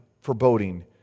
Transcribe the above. foreboding